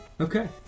okay